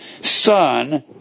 son